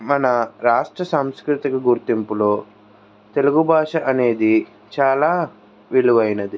మన రాష్ట్ర సాంస్కృతిక గుర్తింపులో తెలుగు భాష అనేది చాలా విలువైనది